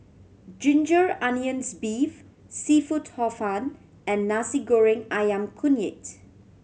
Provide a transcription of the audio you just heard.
ginger onions beef seafood Hor Fun and Nasi Goreng Ayam Kunyit